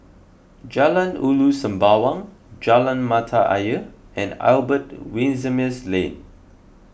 Jalan Ulu Sembawang Jalan Mata Ayer and Albert Winsemius Lane